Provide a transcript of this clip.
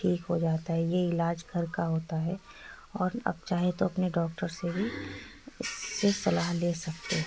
ٹھیک ہو جاتا ہے یہ علاج گھر کا ہوتا ہے اور آپ چاہیں تو اپنے ڈاکٹر سے بھی اس سے صلاح لے سکتے